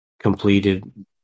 Completed